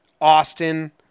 Austin